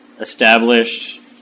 established